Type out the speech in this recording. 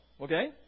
Okay